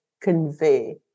convey